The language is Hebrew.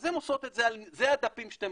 אז הן עושות את זה על אלה הדפים שאתם